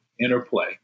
interplay